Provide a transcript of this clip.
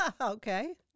Okay